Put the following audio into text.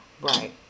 Right